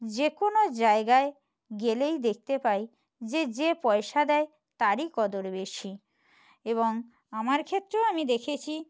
যে কোনো জায়গায় গেলেই দেখতে পাই যে যে পয়সা দেয় তারই কদর বেশি এবং আমার ক্ষেত্রেও আমি দেখেছি